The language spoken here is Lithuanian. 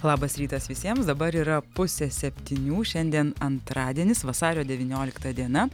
labas rytas visiems dabar yra pusę septynių šiandien antradienis vasario devyniolikta diena